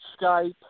Skype